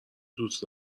دوست